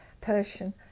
Persian